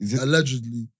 allegedly